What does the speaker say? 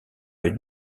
une